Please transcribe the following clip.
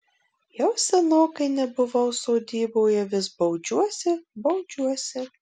jau senokai nebuvau sodyboje vis baudžiuosi baudžiuosi